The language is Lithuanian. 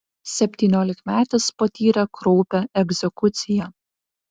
septyniolikmetis patyrė kraupią egzekuciją